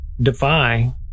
defy